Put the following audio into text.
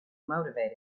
motivated